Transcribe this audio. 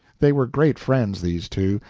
they were great friends, these two,